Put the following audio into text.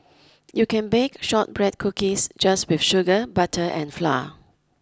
you can bake shortbread cookies just with sugar butter and flour